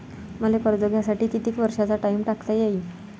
मले कर्ज घ्यासाठी कितीक वर्षाचा टाइम टाकता येईन?